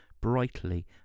brightly